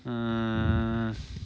mm